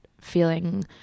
feeling